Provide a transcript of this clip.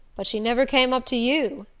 but she never came up to you.